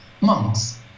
Monks